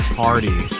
party